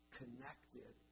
connected